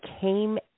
came